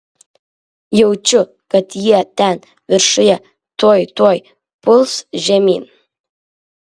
jaučiu kad jie ten viršuje tuoj tuoj puls žemyn